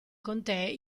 contee